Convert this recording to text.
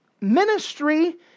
ministry